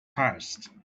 past